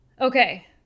Okay